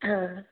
হ্যাঁ